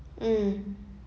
mm